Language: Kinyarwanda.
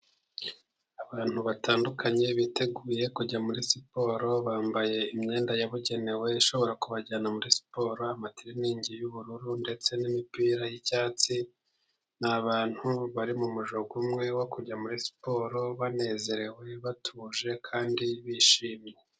Abantu batandukanye biteguye kujya muri siporo. Bambaye imyenda yabugenewe ishobora kubajyana muri siporo, amatereningi y'ubururu ndetse n'imipira y'icyatsi. Ni abantutu bari mu mujyo umwe wo kujya muri siporo banezerewe, batuje kandi bishimye.